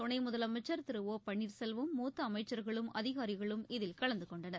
துணை முதலமைச்சா் திரு ஒ பன்னீாசெல்வம் மூத்த அமைச்சா்களும் அதிகாரிகளும் இதில் கலந்து கொண்டனர்